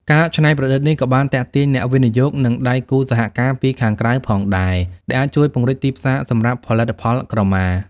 ការច្នៃប្រឌិតនេះក៏បានទាក់ទាញអ្នកវិនិយោគ និងដៃគូសហការពីខាងក្រៅផងដែរ ដែលអាចជួយពង្រីកទីផ្សារសម្រាប់ផលិតផលក្រមា។